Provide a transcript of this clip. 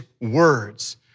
words